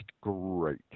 great